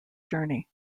journey